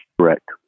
correct